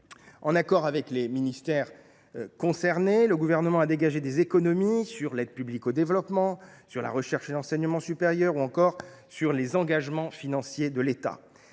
En accord avec les ministères concernés, le Gouvernement a dégagé des économies sur l’aide publique au développement, la recherche et l’enseignement supérieur ou encore les engagements financiers de l’État.